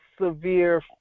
severe